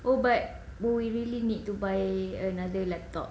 oh but do we really need to buy another laptop